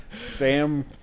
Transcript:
Sam –